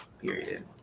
period